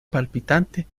palpitante